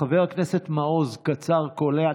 חבר הכנסת מעוז, קצר וקולע.